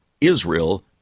Israel